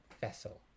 Vessel